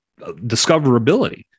discoverability